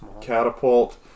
Catapult